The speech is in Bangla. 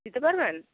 দিতে পারবেন